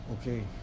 Okay